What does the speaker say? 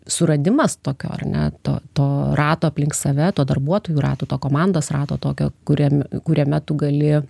suradimas tokio ar ne to to rato aplink save to darbuotojų ratu to komandos rato tokio kuriam kuriame tu gali